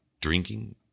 drinking